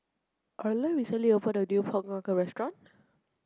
Arland recently opened a new pork knuckle restaurant